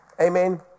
Amen